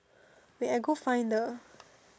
wait I go find the